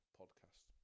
podcast